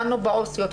בעו"סיות,